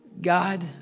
God